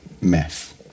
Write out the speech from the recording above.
meth